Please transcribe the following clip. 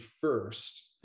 first